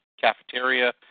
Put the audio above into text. cafeteria